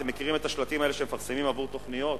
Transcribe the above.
אתם מכירים את השלטים שמפרסמים עבור תוכניות,